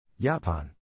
Japan